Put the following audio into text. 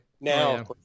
now